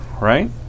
right